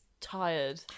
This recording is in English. tired